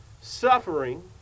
Suffering